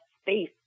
space